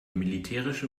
militärische